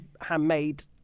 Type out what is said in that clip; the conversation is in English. handmade